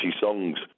songs